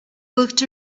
looked